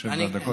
יתחשב בדקות.